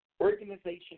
organization